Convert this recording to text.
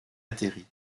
atterrit